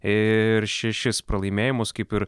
ir šešis pralaimėjimus kaip ir